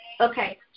Okay